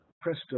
presto